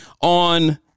on